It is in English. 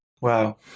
wow